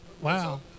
Wow